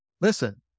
listen